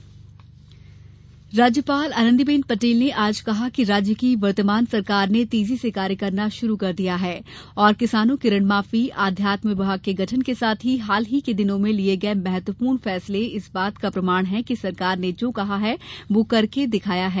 राज्यपाल अभिभाषण राज्यपाल आनंदीबेन पटेल ने आज कहा कि राज्य की वर्तमान सरकार ने तेजी से कार्य करना शुरू कर दिया है और किसानों की ऋण माफी आध्यात्म विभाग के गठन के साथ ही हाल ही के दिनों में लिए गए महत्वपूर्ण फैसले इस बात का प्रमाण हैं कि सरकार ने जो कहा है वह करके दिखाया है